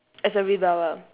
as a rebel ah